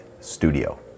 studio